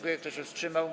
Kto się wstrzymał?